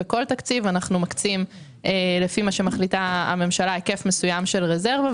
בכל תקציב אנחנו מקצים לפי מה שמחליטה הממשלה היקף מסוים של רזרבה.